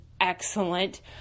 Excellent